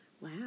Wow